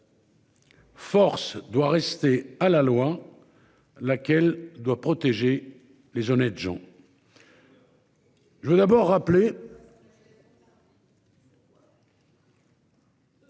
Force doit rester à la loi. Laquelle doit protéger les honnêtes gens. Je veux d'abord rappeler.